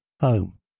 home